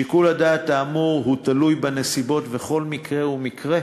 שיקול הדעת האמור תלוי בנסיבות, וכל מקרה ומקרה